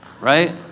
right